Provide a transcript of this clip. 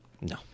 No